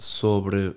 sobre